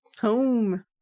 Home